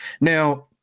Now